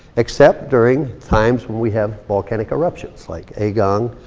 except during times when we have volcanic eruptions like egon,